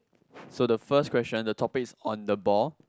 so the first question the topic is on the ball